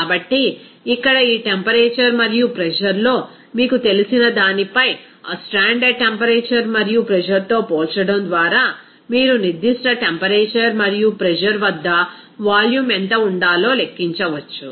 కాబట్టి ఇక్కడ ఈ టెంపరేచర్ మరియు ప్రెజర్ లో మీకు తెలిసినదానిపై ఆ స్టాండర్డ్ టెంపరేచర్ మరియు ప్రెజర్ తో పోల్చడం ద్వారా మీరు నిర్దిష్ట టెంపరేచర్ మరియు ప్రెజర్ వద్ద వాల్యూమ్ ఎంత ఉండాలో లెక్కించవచ్చు